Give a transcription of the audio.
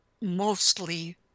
mostly